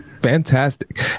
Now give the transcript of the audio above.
Fantastic